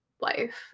life